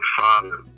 father